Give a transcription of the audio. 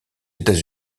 états